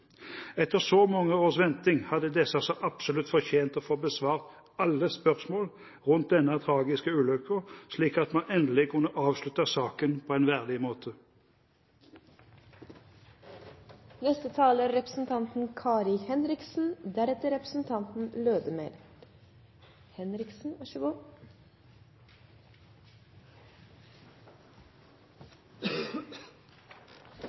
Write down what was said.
Etter så mange års venting hadde disse så absolutt fortjent å få besvart alle spørsmål rundt denne tragiske ulykken, slik at vi endelig kunne avsluttet saken på en verdig måte. Arbeiderpartiets politikk og grunnleggende verdi er